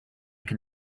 can